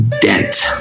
dent